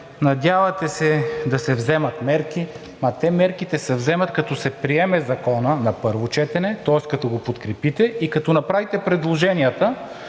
надявате се да се вземат мерки.“ Ама мерките ще се вземат, като се приеме Законът на първо четене, тоест като го подкрепите и като направите предложенията,